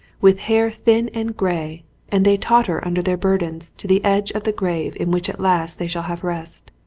with hair thin and grey and they totter under their burdens to the edge of the grave in which at last they shall have rest.